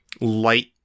light